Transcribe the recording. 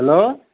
hello